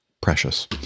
precious